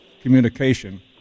communication